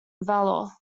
valor